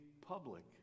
public